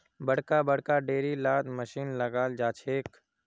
बड़का बड़का डेयरी लात मशीन लगाल जाछेक